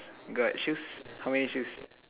got shoes how many shoes